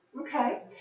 Okay